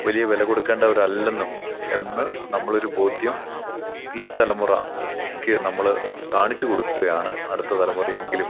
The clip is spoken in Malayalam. വലിയ വില കൊടുക്കേണ്ടവരല്ലെന്നും എന്ന് നമ്മളൊരു ബോധ്യം ഈ തലമുറക്ക് നമ്മൾ കാണിച്ചു കൊടുക്കുകയാണ് അടുത്ത തലമുറ എങ്കിലും